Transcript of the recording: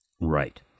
Right